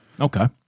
Okay